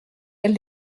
elle